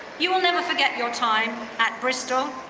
you will never forget your time at bristol.